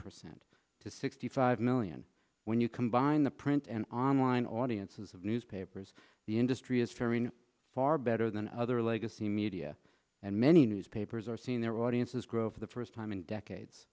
percent to sixty five million when you combine the print and online audiences of newspapers the industry is faring far better than other legacy media and many newspapers are seeing their audiences grow for the first time in decades